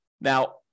Now